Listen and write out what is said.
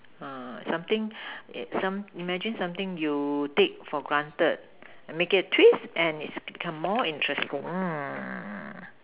uh something some imagine something you take for granted make it a twist and make it becomes more interesting